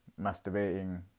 masturbating